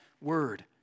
word